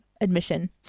admission